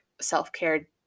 self-care